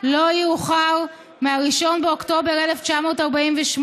לא יאוחר מ-1 באוקטובר 1948,